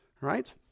Right